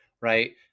Right